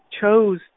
chose